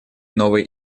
новой